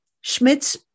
Schmitz